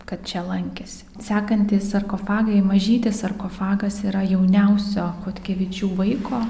kad čia lankėsi sekantys sarkofagai mažytis sarkofagas yra jauniausio chodkevičių vaiko